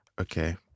Okay